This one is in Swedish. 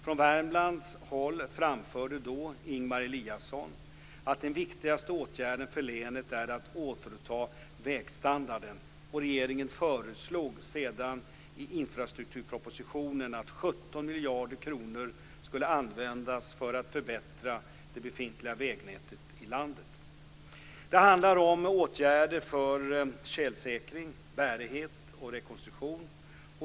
Från Värmlands håll framförde då Ingemar Eliasson att den viktigaste åtgärden för länet är att återta vägstandarden. Regeringen föreslog sedan i infrastrukturpropositionen att 17 miljarder kronor skulle användas för att förbättra det befintliga vägnätet i landet. Det handlar om åtgärder för tjälsäkring, bärighet och rekonstruktion.